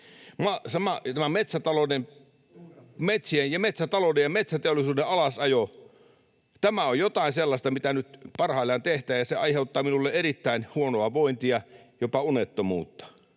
Tämä metsien ja metsätalouden ja metsäteollisuuden alasajo on jotain sellaista, mitä nyt parhaillaan tehdään, ja se aiheuttaa minulle erittäin huonoa vointia, jopa unettomuutta.